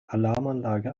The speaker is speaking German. alarmanlage